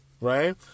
right